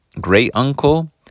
great-uncle